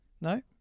No